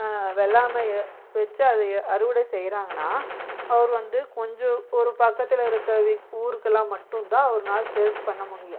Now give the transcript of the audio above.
வெள்ளாமையை வச்சு அதை அறுவடை செய்யறாங்கன்னா அவரு வந்து கொஞ்சம் ஒரு பக்கத்தில் இருக்கிற வி ஊருக்கெல்லாம் மட்டும்தான் அவர்னாலே சேல்ஸ் பண்ண முடியும்